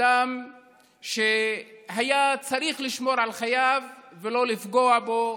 אדם שהיו צריכים לשמור על חייו ולא לפגוע בו,